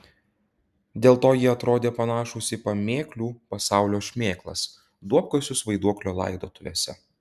dėl to jie atrodė panašūs į pamėklių pasaulio šmėklas duobkasius vaiduoklio laidotuvėse